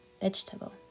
vegetable